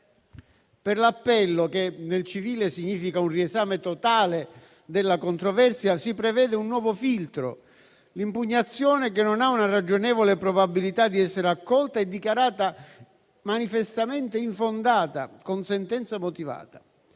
Per l'appello, che nel civile significa un riesame totale della controversia, si prevede un nuovo filtro: l'impugnazione che non ha una ragionevole probabilità di essere accolta e dichiarata manifestamente infondata con sentenza motivata.